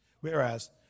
Whereas